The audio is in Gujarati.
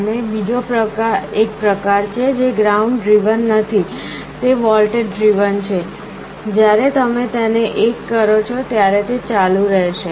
અને બીજો એક પ્રકાર છે જે ગ્રાઉન્ડ ડ્રિવન નથી તે વોલ્ટેજ ડ્રિવન છે જ્યારે તમે તેને 1 કરો ત્યારે તે ચાલુ રહેશે